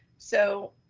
so